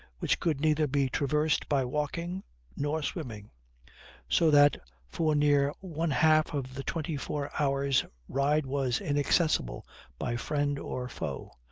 which could neither be traversed by walking nor swimming so that for near one half of the twenty-four hours ryde was inaccessible by friend or foe.